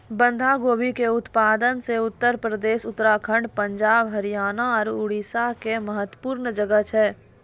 बंधा गोभी के उत्पादन मे उत्तर प्रदेश, उत्तराखण्ड, पंजाब, हरियाणा आरु उड़ीसा के महत्वपूर्ण जगह छै